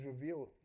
reveal